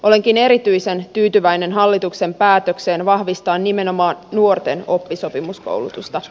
olenkin erityisen tyytyväinen hallituksen päätökseen vahvistaa nimenomaan nuorten oppisopimuskoulutusta